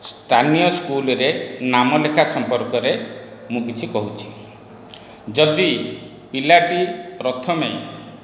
ସ୍ଥାନୀୟ ସ୍କୁଲରେ ନାମ ଲେଖା ସମ୍ପର୍କରେ ମୁଁ କିଛି କହୁଛି ଯଦି ପିଲାଟି ପ୍ରଥମେ